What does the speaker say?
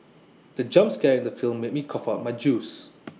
the jump scare in the film made me cough out my juice